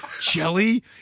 Jelly